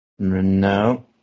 No